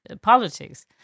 politics